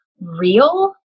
real